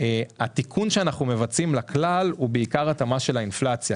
התיקון שאנחנו מבצעים לכלל הוא בעיקר ההתאמה לאינפלציה,